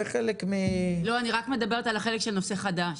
אני מדברת רק על החלק של נושא חדש.